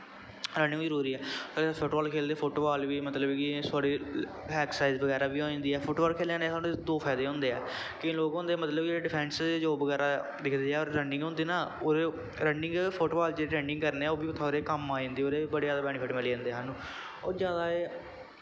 running बी जरूरी ऐ फुटबॉल खेलदे फुटबॉल वी थोह्ड़ी एक्सरसाइज बी हो जंदी ऐ फुटबॉल खेलनें कन्नैं साह्नूं दो फायदे होंदे ऐं केई लोग होंदे जो डिफैंस वगैरा दिखदे ऐं रनिंग होंदी ना रनिंग फुटबॉल दी रनिंग करने ओह् बी ओह्दे कम्म आ जंदी ओह्दे बड़े जैदा बैनिफिट मिली जंदे साह्नूं ओह् जैदा